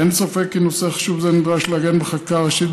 אין ספק כי נושא חשוב זה נדרש לעגן בחקיקה ראשית,